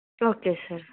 okay sir